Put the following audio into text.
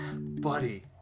buddy